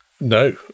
No